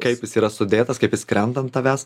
kaip jis yra sudėtas kaip jis krenta ant tavęs